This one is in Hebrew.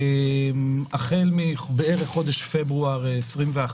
החל מחודש פברואר 2021,